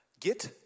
get